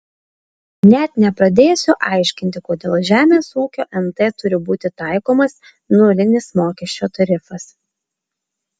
net nepradėsiu aiškinti kodėl žemės ūkio nt turi būti taikomas nulinis mokesčio tarifas